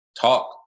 talk